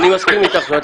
ואני מסכים איתך, את יודעת